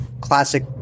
classic